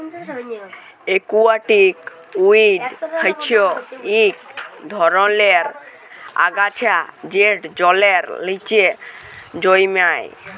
aquatic weed হচ্যে ইক ধরলের আগাছা যেট জলের লিচে জলমাই